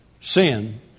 Sin